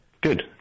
good